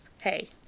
hey